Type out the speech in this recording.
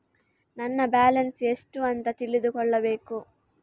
ನನ್ನ ಬ್ಯಾಲೆನ್ಸ್ ಎಷ್ಟು ಅಂತ ತಿಳಿದುಕೊಳ್ಳಬೇಕು?